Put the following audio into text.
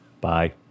Bye